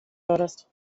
würdest